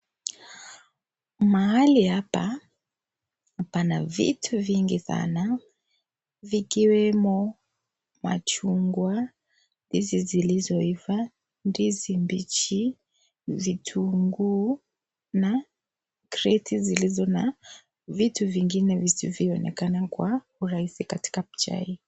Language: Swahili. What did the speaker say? Mahali hapa pana vitu vingi Sana vikiwemo machungwa, hizo zilizoiva, ndizi mbichi, vitunguu na kreti zilizo na vitu vingine visivyoonekana Kwa urahisi katika picha hii.